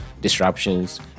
disruptions